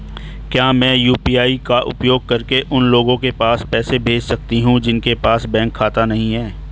क्या मैं यू.पी.आई का उपयोग करके उन लोगों के पास पैसे भेज सकती हूँ जिनके पास बैंक खाता नहीं है?